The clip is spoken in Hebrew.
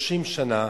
מ-30 שנה